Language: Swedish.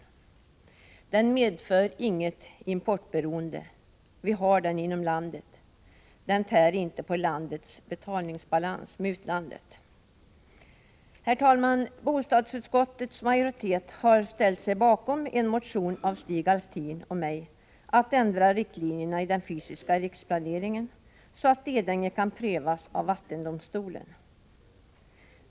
Vattenkraften medför inget importberoende, vi har den inom landet, och den tär inte på landets betalningsbalans med utlandet. Herr talman! Bostadsutskottets majoritet har ställt sig bakom en motion av Stig Alftin och mig om att ändra riktlinjerna i den fysiska riksplaneringen så att Edänge kan prövas av vattendomstolen.